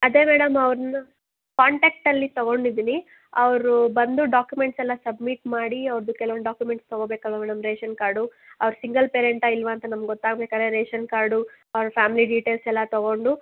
ಅದೇ ಮೇಡಮ್ ಅವ್ರನ್ನ ಕಾಂಟ್ಯಾಕ್ಟ್ ಅಲ್ಲಿ ತಗೊಂಡಿದೀನಿ ಅವರು ಬಂದು ಡಾಕ್ಯುಮೆಂಟ್ಸ್ ಎಲ್ಲ ಸಬ್ಮಿಟ್ ಮಾಡಿ ಅವ್ರದ್ದು ಕೆಲ್ವೊಂದು ಡಾಕ್ಯುಮೆಂಟ್ಸ್ ತಗೋಬೇಕಲ್ವ ಮೇಡಮ್ ರೇಷನ್ ಕಾರ್ಡು ಅವ್ರು ಸಿಂಗಲ್ ಪೇರೆಂಟ ಇಲ್ವಾ ಅಂತ ನಮ್ಗೆ ಗೊತ್ತಾಗ್ಬೇಕಾದ್ರೆ ರೇಷನ್ ಕಾರ್ಡು ಅವ್ರ ಫ್ಯಾಮಿಲಿ ಡಿಟೇಲ್ಸ್ ಎಲ್ಲ ತಗೋಂಡು